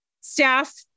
staff